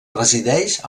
resideix